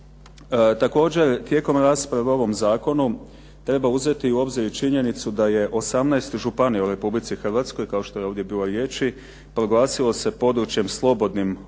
Također, tijekom rasprave o ovom zakonu treba uzeti u obzir i činjenicu da je 18 županija u Republici Hrvatskoj kao što je ovdje bilo riječi proglasilo se područjem slobodnim od